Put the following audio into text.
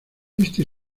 este